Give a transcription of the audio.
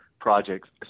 projects